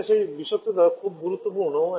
এখানে সেই বিষাক্ততা খুব গুরুত্বপূর্ণ